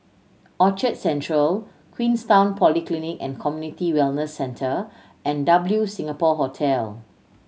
Orchard Central Queenstown Polyclinic and Community Wellness Centre and W Singapore Hotel